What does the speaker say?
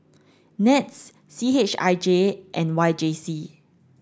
NETS C H I J and Y J C